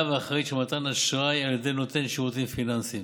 ואחראית במתן אשראי על ידי נותן שירותים פיננסיים.